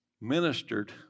ministered